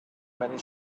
many